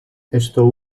esto